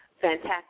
Fantastic